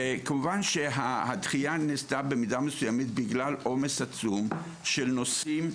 וכמובן שהדחייה נעשתה במידה מסוימת בגלל עומס עצום של נושאים,